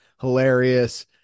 hilarious